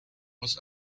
was